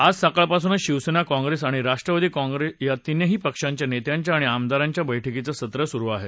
आज सकाळपासूनच शिवसेना काँग्रेस आणि राष्ट्रवादी या तीनही पक्षांच्या नेत्यांच्या आणि आमदारांच्या बस्क्रिांचं सत्र सुरू आहे